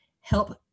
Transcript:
help